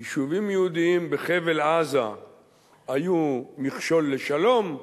יישובים יהודיים בחבל-עזה היו מכשול לשלום,